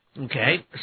Okay